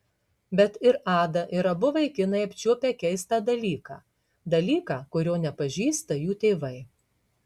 bet ir ada ir abu vaikinai apčiuopę keistą dalyką dalyką kurio nepažįsta jų tėvai